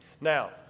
Now